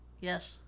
Yes